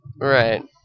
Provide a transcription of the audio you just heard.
Right